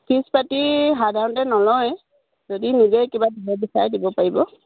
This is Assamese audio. ফিজ পাতি সাধাৰণতে নলয় যদি নিজে কিবা দিব বিচাৰে দিব পাৰিব